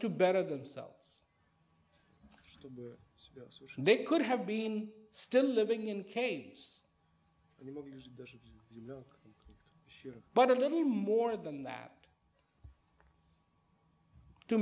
to better themselves so they could have been still living in caves you know sure but a little more than that to